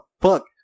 fuck